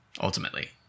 ultimately